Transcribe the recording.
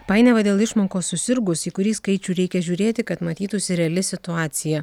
painiava dėl išmokos susirgus į kurį skaičių reikia žiūrėti kad matytųsi reali situacija